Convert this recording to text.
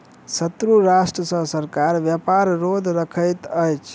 शत्रु राष्ट्र सॅ सरकार व्यापार रोध रखैत अछि